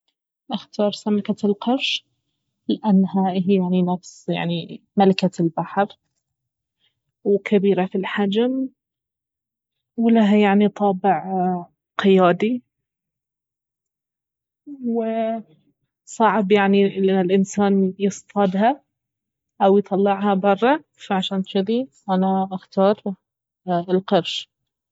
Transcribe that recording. اختار سمكة القرش لانها اهي يعني نفس يعني ملكة البحر وكبيرة في الحجم ولها يعني طابع قيادي وصعب يعني انه الانسان يصطادها او يطلعها برا فعشان جذي انا اختار القرش